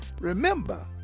Remember